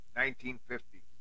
1950